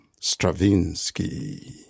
Stravinsky